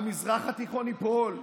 המזרח התיכון ייפול,